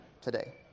today